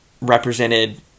Represented